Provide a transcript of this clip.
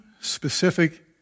specific